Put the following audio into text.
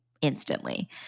instantly